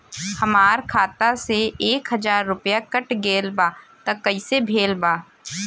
हमार खाता से एक हजार रुपया कट गेल बा त कइसे भेल बा?